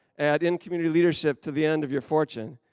add in community leadership to the end of your fortune.